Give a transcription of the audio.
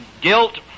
guilt